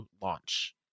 launch